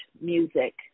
music